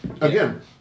Again